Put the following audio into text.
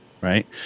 right